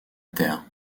terre